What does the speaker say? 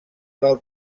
del